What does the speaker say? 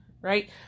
right